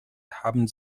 haben